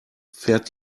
fährt